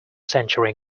century